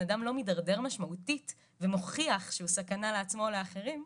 אדם לא מתדרדר משמעותית ומוכיח שהוא סכנה לעצמו ולאחרים,